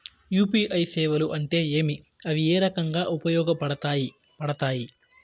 UPI సేవలు అంటే ఏమి, అవి ఏ రకంగా ఉపయోగపడతాయి పడతాయి?